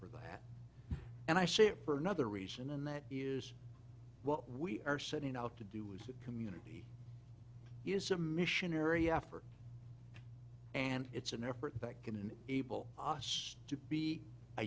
for that and i say it for another reason and that is what we are setting out to do is community is a missionary effort and it's an effort that can and able to be a